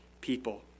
people